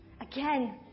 Again